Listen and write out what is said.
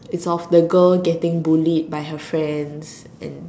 it's of the girl getting bullied by her friends and